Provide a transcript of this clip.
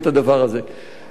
עמיתי חברי הכנסת,